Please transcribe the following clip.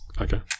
Okay